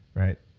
right?